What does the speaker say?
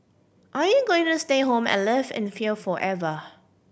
are you going to stay home and live in fear forever